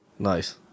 Nice